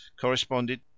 corresponded